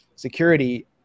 security